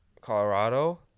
Colorado